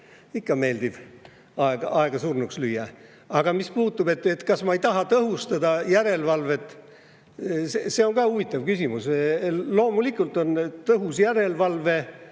ikka meeldiv aega surnuks lüüa. Aga mis puutub sellesse, kas ma ei taha tõhustada järelevalvet – see on huvitav küsimus. Loomulikult on tõhus järelevalve